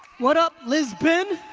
what up, lisbon?